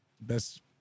best